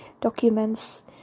documents